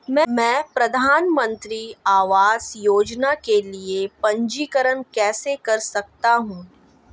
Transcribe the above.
मैं प्रधानमंत्री आवास योजना के लिए पंजीकरण कैसे कर सकता हूं?